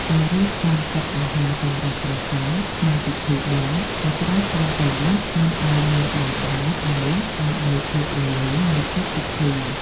ការរៀបចំតុអាហារសម្រាប់ព្រះសង្ឃក្នុងពិធីបុណ្យក៏ត្រូវប្រុងប្រយ័ត្នមិនឱ្យមានបាយដំណើបឡើយ ដើម្បីភាពរលូននៃកិច្ចពិធី។